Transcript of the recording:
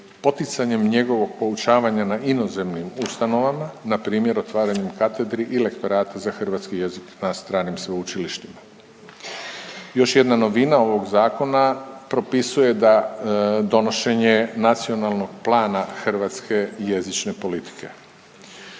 poticanjem njegovog poučavanja na inozemnim ustanovama, npr. otvaranjem katedri i lektorata za hrvatski jezik na stranim sveučilištima. Još jedna novina ovog zakona propisuje da donošenje nacionalnog plana hrvatske jezične politike.